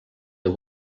the